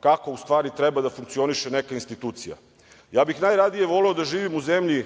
kako ustvari treba da funkcioniše neka institucija. Ja bih najradije voleo da živim u zemlji